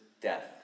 death